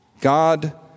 God